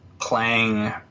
playing